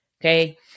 okay